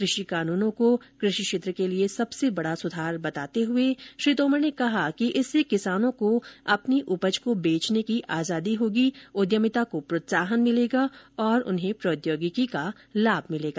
कृषि कानूनों को कृषि क्षेत्र के लिए सबसे बड़ा सुधार बताते हुए श्री तोमर ने कहा कि इससे किसानों को अपनी उपज को बेचने की आजादी होगी उद्यमिता को प्रोत्साहन मिलेगा और उन्हें प्रौद्योगिकी का लाभ मिलेगा